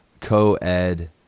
co-ed